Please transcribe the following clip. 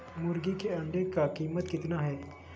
मुर्गी के अंडे का कीमत कितना है?